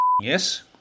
yes